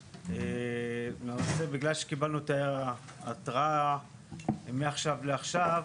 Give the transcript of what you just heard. בגלל שקיבלנו את ההתראה מעכשיו לעכשיו,